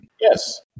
Yes